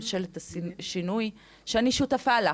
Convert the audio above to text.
ממשלת השינוי שאני שותפה לה,